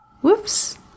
Whoops